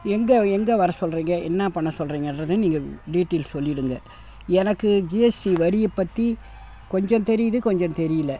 எங்கே எங்கே வர சொல்றிங்க என்ன பண்ண சொல்றிங்கன்றதை நீங்கள் டீட்டெயில்ஸ் சொல்லிவிடுங்க எனக்கு ஜிஎஸ்டி வரியை பற்றி கொஞ்சம் தெரியுது கொஞ்சம் தெரியலை